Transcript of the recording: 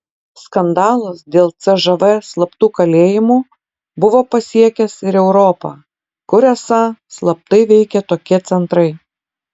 skandalas dėl cžv slaptų kalėjimų buvo pasiekęs ir europą kur esą slaptai veikė tokie centrai